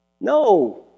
no